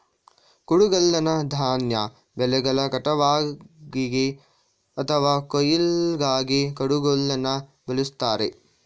ಕುಡುಗ್ಲನ್ನ ಧಾನ್ಯ ಬೆಳೆಗಳ ಕಟಾವ್ಗಾಗಿ ಅಥವಾ ಕೊಯ್ಲಿಗಾಗಿ ಕುಡುಗೋಲನ್ನ ಬಳುಸ್ತಾರೆ